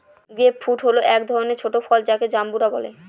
grape fruit হল এক ধরনের ছোট ফল যাকে জাম্বুরা বলে